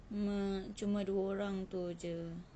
cuma dua orang tu jer